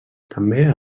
també